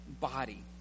body